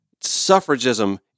Suffragism